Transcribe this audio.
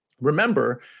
Remember